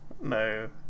no